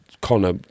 Connor